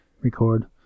Record